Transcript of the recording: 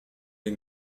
les